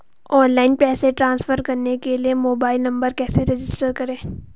Online पैसे transfer करने के लिए मोबाइल नंबर कैसे रजिस्टर करें?